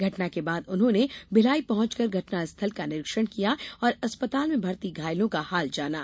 घटना के बाद उन्होंने भिलाई पहुंचकर घटना स्थल का निरीक्षण किया और अस्पताल में भर्ती घायलों का हाल जाना